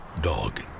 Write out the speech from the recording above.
dog